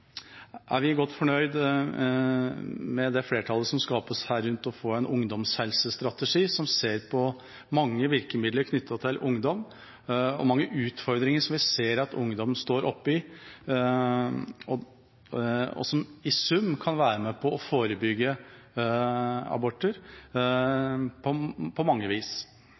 er vi godt fornøyd med at det er flertall for å få en ungdomshelsestrategi der en ser på mange virkemidler knyttet til ungdom, og på mange utfordringer som vi ser at ungdommer møter – som i sum på mange vis kan være med på å forebygge aborter.